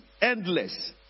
endless